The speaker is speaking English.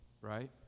right